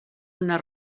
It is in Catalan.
una